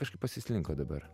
kažkaip pasislinko dabar